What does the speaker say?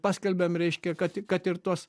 paskelbiam reiškia kad kad ir tuos